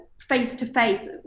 face-to-face